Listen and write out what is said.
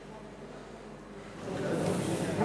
בבקשה.